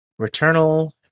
Returnal